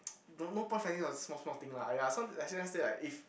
don't no point fighting over this kind of small small thing lah !aiya! some say like if